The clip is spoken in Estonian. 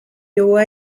juua